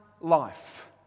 life